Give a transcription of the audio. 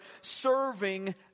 serving